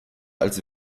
als